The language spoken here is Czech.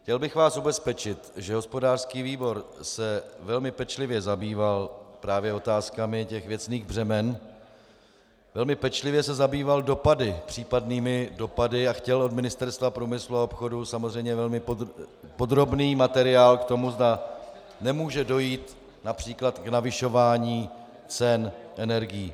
Chtěl bych vás ubezpečit, že hospodářský výbor se velmi pečlivě zabýval právě otázkami věcných břemen, velmi pečlivě se zabýval případnými dopady, a chtěl od Ministerstva průmyslu a obchodu samozřejmě velmi podrobný materiál k tomu, zda nemůže dojít například k navyšování cen energií.